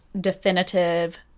definitive